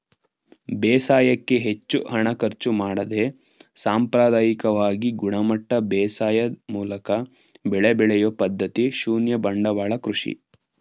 ಬೇಸಾಯಕ್ಕೆ ಹೆಚ್ಚು ಹಣ ಖರ್ಚು ಮಾಡದೆ ಸಾಂಪ್ರದಾಯಿಕವಾಗಿ ಗುಣಮಟ್ಟ ಬೇಸಾಯದ್ ಮೂಲಕ ಬೆಳೆ ಬೆಳೆಯೊ ಪದ್ಧತಿ ಶೂನ್ಯ ಬಂಡವಾಳ ಕೃಷಿ